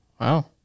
Wow